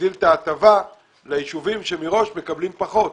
שנגדיל את ההטבה לישובים שמראש מקבלים פחות?